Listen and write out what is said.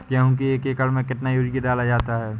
गेहूँ के एक एकड़ में कितना यूरिया डाला जाता है?